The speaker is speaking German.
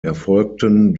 erfolgten